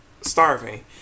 starving